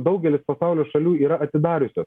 daugelis pasaulio šalių yra atidariusios